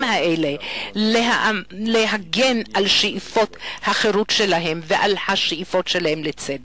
האלה להגן על שאיפות החירות שלהם ועל השאיפות שלהם לצדק.